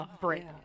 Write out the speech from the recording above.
break